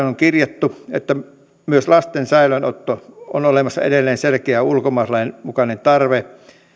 on kirjattu että myös lasten säilöönotolle on olemassa edelleen selkeä ulkomaalaislain mukainen tarve